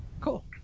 Cool